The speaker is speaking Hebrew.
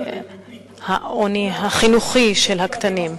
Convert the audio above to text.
העוני החינוכי של הקטנים.